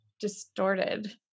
distorted